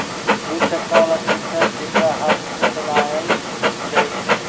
दू चक्का बला ट्रैक्टर जेकरा हाथे से चलायल जाइ छइ